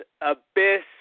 Abyss